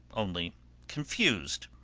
only confused.